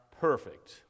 perfect